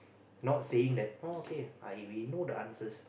not saying that oh okay I will know the answers